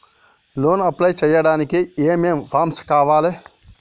Loan apply చేయడానికి ఏం ఏం ఫామ్స్ కావాలే?